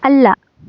ಅಲ್ಲ